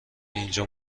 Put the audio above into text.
اینجا